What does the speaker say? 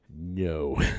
no